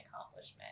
accomplishment